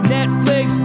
Netflix